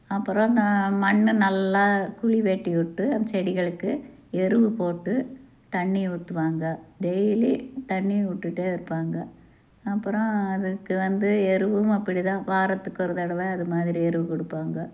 அப்பறம் நான் மண்ணு நல்லா குழி வெட்டி விட்டு அந்த செடிகளுக்கு எருவு போட்டு தண்ணி ஊற்றுவாங்க டெய்லியும் தண்ணி விட்டுட்டே இருப்பாங்க அப்பறம் அதுக்கு வந்து எருவும் அப்படி தான் வாரத்துக்கு ஒரு தடவை அது மாதிரி எருவு கொடுப்பாங்க